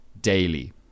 daily